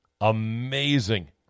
Amazing